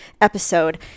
episode